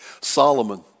Solomon